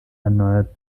erneuert